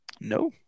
No